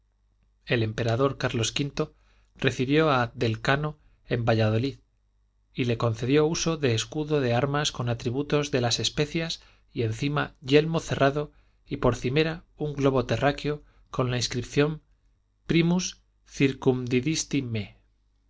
el emperador carlos v recibió a del cano en valladalid y le concedió uso de escudo de armas con atributos de las especias y encima yelmo cerrado y por cimera un globo terráqueo con la inscripción primus